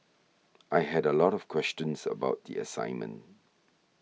I had a lot of questions about the assignment